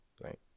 right